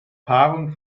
paarung